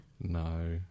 No